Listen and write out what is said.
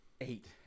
eight